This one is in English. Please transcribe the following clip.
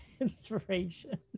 inspiration